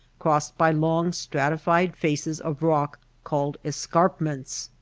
crossed by long stratified faces of rock called escarp ments.